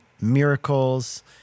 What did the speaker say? miracles